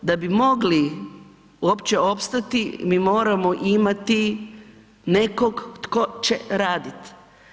Da bi mogli uopće opstati mi moramo imati nekog tko će raditi.